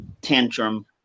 tantrum